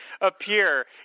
appear